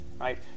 right